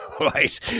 Right